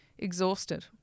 Exhausted